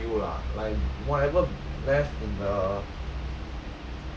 they give you ah like whatever left in the